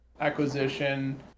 acquisition